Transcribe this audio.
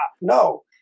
No